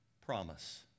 promise